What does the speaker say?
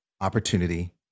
opportunity